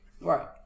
Right